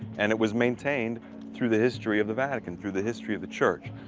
and it was maintained through the history of the vatican, through the history of the church.